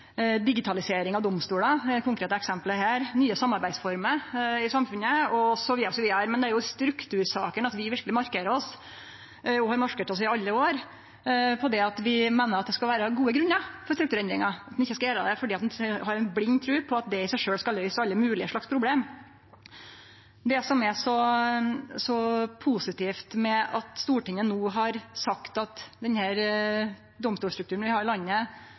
digitalisering av domstolar er her det konkrete eksempelet – nye samarbeidsformer i samfunnet, osv. Men det er i struktursakene vi verkeleg markerer oss, og har markert oss i alle år. Vi meiner det skal vere gode grunnar for strukturendringar, og at ein ikkje skal gjere det fordi ein har ei blind tru på at det i seg sjølv skal løyse alle moglege problem. Det som er så positivt med at Stortinget no har sagt at den domstolstrukturen vi har i landet,